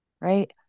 right